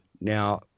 now